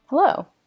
Hello